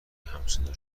همصدا